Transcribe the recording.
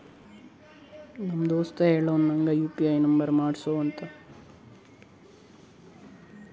ನಮ್ ದೋಸ್ತ ಹೇಳುನು ನಂಗ್ ಯು ಪಿ ಐ ನುಂಬರ್ ಮಾಡುಸ್ಗೊ ಅಂತ